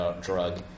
drug